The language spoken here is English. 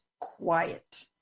quiet